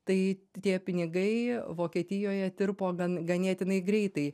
tai tie pinigai vokietijoje tirpo gan ganėtinai greitai